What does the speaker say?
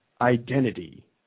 identity